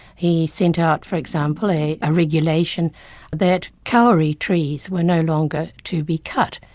he sent out for example, a regulation that kauri trees were no longer to be cut,